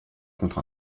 contre